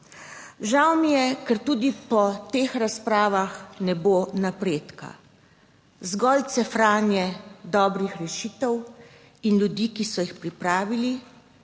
Žal mi je, ker tudi po teh razpravah ne bo napredka, zgolj cefranje dobrih rešitev in ljudi, ki so jih pripravili,